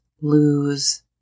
lose